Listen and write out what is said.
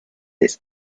its